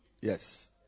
Yes